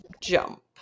jump